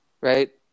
Right